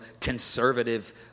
conservative